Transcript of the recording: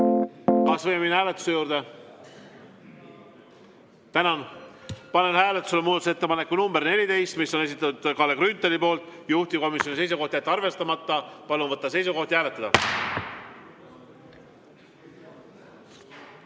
Kas võime minna hääletuse juurde? Tänan! Panen hääletusele muudatusettepaneku nr 14, mille on esitanud Kalle Grünthal, juhtivkomisjoni seisukoht on jätta arvestamata. Palun võtta seisukoht ja hääletada!